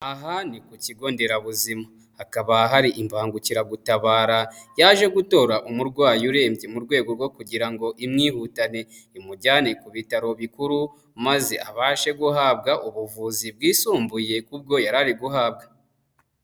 Ahandi ku kigo nderabuzima hakaba hari imbangukiragutabara yaje gutora umurwayi urembye, mu rwego rwo kugira ngo imwihutane imujyane ku bitaro bikuru, maze abashe guhabwa ubuvuzi bwisumbuye ubwo yari ari guhabwa.